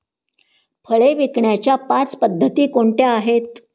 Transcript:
फळे विकण्याच्या पाच पद्धती कोणत्या आहेत?